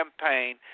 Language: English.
campaign